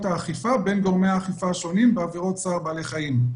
האכיפה בין גורמי האכיפה השונים בעבירות צער בעלי חיים.